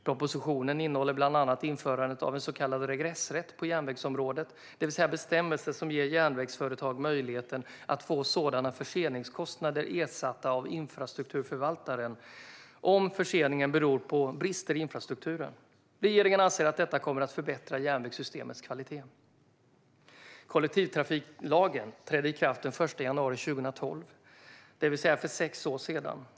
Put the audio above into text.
Propositionen innehåller bland annat införandet av en så kallad regressrätt på järnvägsområdet, det vill säga bestämmelser som ger järnvägsföretag möjlighet att få sådana förseningskostnader ersatta av infrastrukturförvaltaren om förseningen beror på brister i infrastrukturen. Regeringen anser att detta kommer att förbättra järnvägssystemets kvalitet. Kollektivtrafiklagen trädde i kraft den 1 januari 2012, det vill säga för sex år sedan.